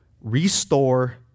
restore